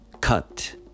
cut